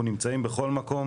אנחנו נמצאים בכל מקום,